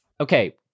Okay